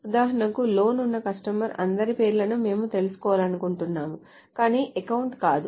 ఉదాహరణకు లోన్ ఉన్న కస్టమర్స్ అందరి పేర్లను మేము తెలుసుకోవాలను కుంటున్నాము కానీ అకౌంట్ కాదు